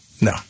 No